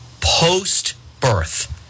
post-birth